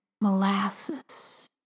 molasses